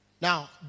Now